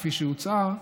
כפי שהיא הוצעה,